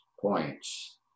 points